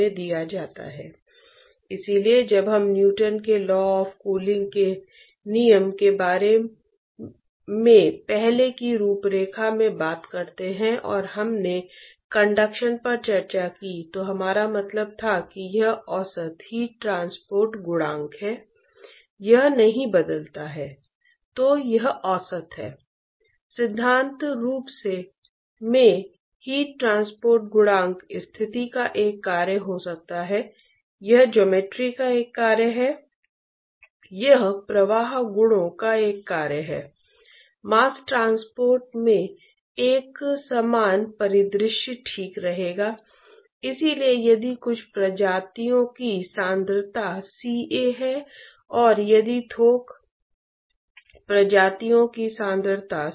अब यदि आप जानना चाहते हैं कि ट्यूब के अंदर बहने वाले तरल पदार्थ से बाहर बहने वाले तरल पदार्थ तक ले जाने वाली नेट हीट क्या है तो एक आसान तरीका या एक जटिल तरीका दोनों के लिए और दोनों तरल पदार्थ के लिए सभी मॉडल समीकरण लिखना होगा और ट्यूब की दीवार में कंडक्शन के लिए मॉडल समीकरण लिखें और आप उन सभी को एक साथ हल कर सकते हैं